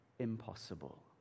Impossible